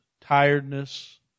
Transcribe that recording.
tiredness